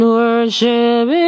worship